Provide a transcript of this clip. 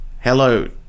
hello